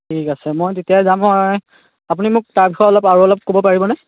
ঠিক আছে মই তেতিয়া যাম আৰু মই আপুনি মোক তাৰ বিষয়ে আৰু অলপ ক'ব পাৰিবনে